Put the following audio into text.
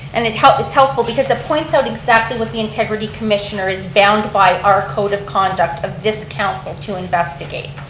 and it's helpful it's helpful because it points out exactly what the integrity commissioner is bound by our code of conduct of this council to investigate.